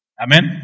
Amen